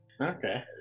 Okay